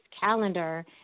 calendar